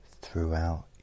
throughout